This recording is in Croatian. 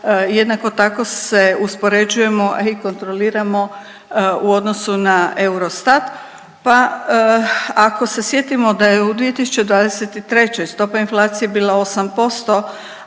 jednako tako se uspoređujemo i kontroliramo u odnosu na Eurostat pa ako se sjetimo da je u 2023. stopa inflacije bila 8%,a